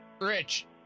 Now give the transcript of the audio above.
Rich